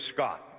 Scott